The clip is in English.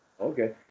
okay